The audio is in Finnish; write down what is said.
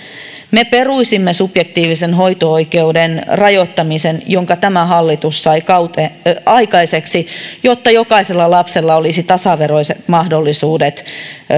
me peruisimme subjektiivisen hoito oikeuden rajoittamisen jonka tämä hallitus sai aikaiseksi jotta jokaisella lapsella olisi tasaveroiset mahdollisuudet